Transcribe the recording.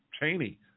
Cheney